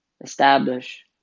establish